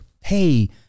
Hey